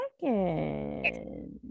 second